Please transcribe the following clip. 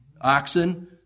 Oxen